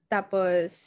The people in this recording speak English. Tapos